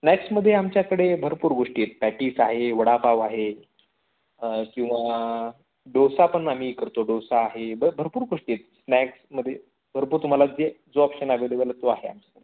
स्नॅक्समध्ये आमच्याकडे भरपूर गोष्टी आहेत पॅटिस आहे वडापाव आहे किंवा डोसा पण आम्ही करतो डोसा आहे ब भरपूर गोष्टी आहेत स्नॅक्समध्ये भरपूर तुम्हाला जे जो ऑप्शन अवेलेबल तो आहे आमच्याकडे